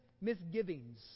misgivings